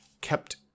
kept